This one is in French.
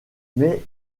mais